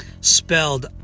Spelled